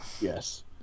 Yes